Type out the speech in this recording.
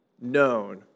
known